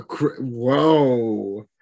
whoa